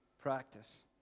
practice